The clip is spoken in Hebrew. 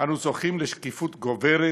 אנו זוכים לשקיפות גוברת